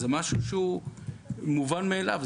זה משהו שהוא מובן מאליו.